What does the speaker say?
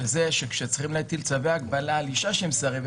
וזה שכשצריך להטיל צווי הגבלה על אישה שמסרבת